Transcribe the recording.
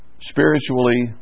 spiritually